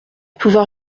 pouvoir